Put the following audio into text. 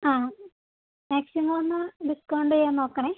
ആ മാക്സിമം ഒന്ന് ഡിസ്കൗണ്ട് ചെയ്യാൻ നോക്കണേ